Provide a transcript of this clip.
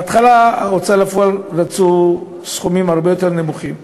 בהתחלה ההוצאה לפועל רצו סכומים הרבה יותר נמוכים.